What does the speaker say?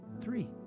Three